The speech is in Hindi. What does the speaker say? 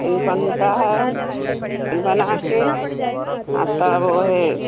फ़िर बनता है फ़िर बनाकर तब ओहे